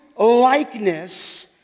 likeness